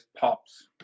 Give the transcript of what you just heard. pops